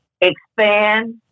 expand